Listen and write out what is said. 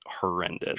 horrendous